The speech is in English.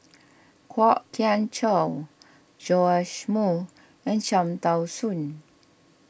Kwok Kian Chow Joash Moo and Cham Tao Soon